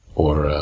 or